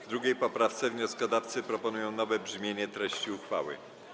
W 2. poprawce wnioskodawcy proponują nowe brzmienie treści uchwały.